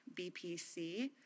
BPC